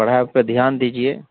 پڑھائی پہ دھیان دیجیے